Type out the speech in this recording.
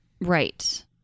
Right